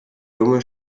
junge